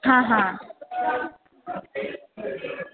हां हां